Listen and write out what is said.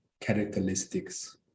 characteristics